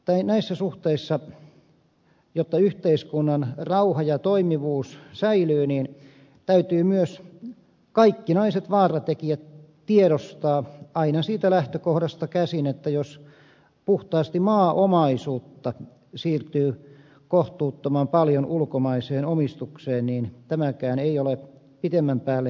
näissä suhteissa jotta yhteiskunnan rauha ja toimivuus säilyy täytyy myös kaikkinaiset vaaratekijät tiedostaa aina siitä lähtökohdasta käsin että jos puhtaasti maaomaisuutta siirtyy kohtuuttoman paljon ulkomaiseen omistukseen tämäkään ei ole pitemmän päälle ongelmatonta